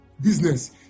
business